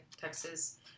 Texas